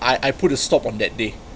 I I put a stop on that day